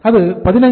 அது 15000